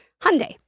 Hyundai